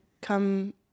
come